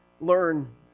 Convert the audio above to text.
learn